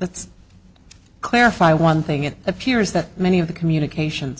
let's clarify one thing it appears that many of the communications